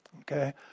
okay